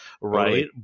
right